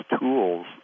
tools